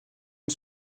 une